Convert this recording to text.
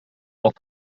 auch